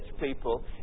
people